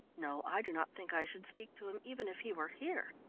no, i do not think i should speak to him, even if he were here.